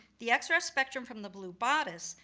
the xrf spectrum from the blue bodice,